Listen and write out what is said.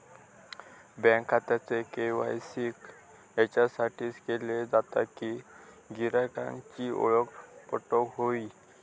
bank खात्याचे KYC याच्यासाठीच केले जाता कि गिरायकांची ओळख पटोक व्हयी